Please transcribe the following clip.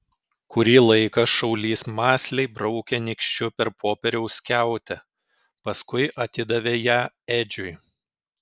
kurį laiką šaulys mąsliai braukė nykščiu per popieriaus skiautę paskui atidavė ją edžiui